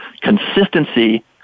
consistency